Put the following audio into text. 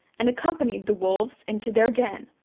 and accompanied the wolves into their den.